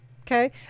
Okay